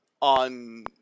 on